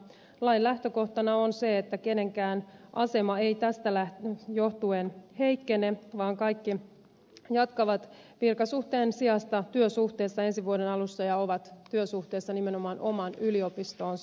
lain lähtökohtana on se että kenenkään asema ei tästä johtuen heikkene vaan kaikki jatkavat virkasuhteen sijasta työsuhteessa ensi vuoden alussa ja ovat työsuhteessa nimenomaan omaan yliopistoonsa